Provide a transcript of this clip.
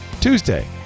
Tuesday